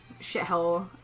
shithole